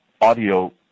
audio